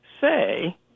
say